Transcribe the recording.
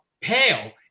pale